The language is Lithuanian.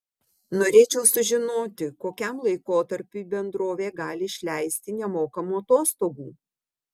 norėčiau sužinoti kokiam laikotarpiui bendrovė gali išleisti nemokamų atostogų